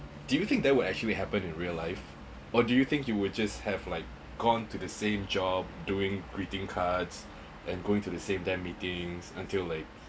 do you think that would actually happen in real life or do you think you would just have like gone to the same job doing greeting cards and going to the same there meetings until like